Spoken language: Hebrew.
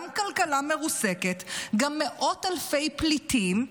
גם כלכלה מרוסקת, גם מאות אלפי פליטים,